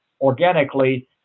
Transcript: organically